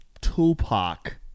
Tupac